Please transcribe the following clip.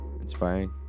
Inspiring